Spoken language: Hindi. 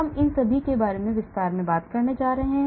हम इन सभी के बारे में विस्तार से बात करने जा रहे हैं